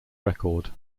record